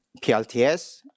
PLTS